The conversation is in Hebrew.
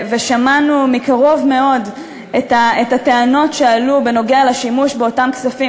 ושמענו מקרוב מאוד את הטענות שעלו בנוגע לשימוש באותם כספים,